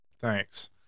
thanks